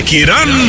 Kiran